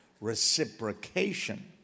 reciprocation